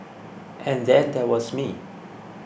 and then there was me